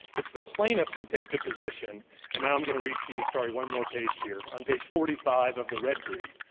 it's the plaintiffs who take the position and now i'm going to read to you, sorry, one more page here. on page forty five of the red brief,